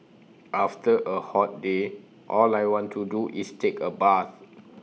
after A hot day all I want to do is take A bath